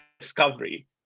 discovery